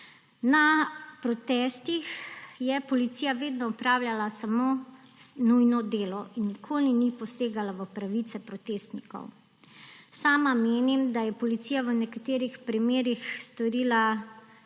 Na protestih je policija vedno opravljala samo nujno delo in nikoli ni posegala v pravice protestnikov. Sama menim, da je policija v nekaterih primerih storila premalo.